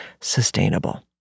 sustainable